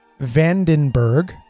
Vandenberg